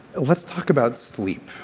let's talk about sleep.